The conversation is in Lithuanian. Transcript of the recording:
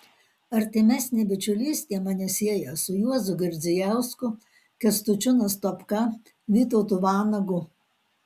artimesnė bičiulystė mane sieja su juozu girdzijausku kęstučiu nastopka vytautu vanagu